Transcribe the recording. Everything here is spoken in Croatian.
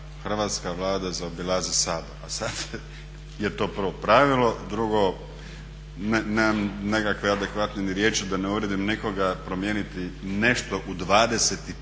hrvatska Vlada zaobilazi Sabor. A sad je to prvo pravilo, drugo nemam nekakve adekvatne ni riječi da ne uvrijedim nikoga promijeniti nešto u 25%